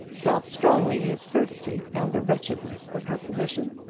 felt strongly the absurdity and the wretchedness of her position.